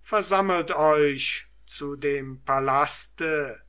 versammelt euch zu dem palaste